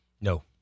No